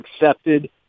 accepted